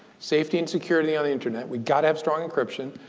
safety and security on the internet we gotta have strong encryption.